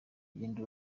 urugendo